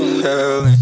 hell